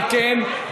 אם כן,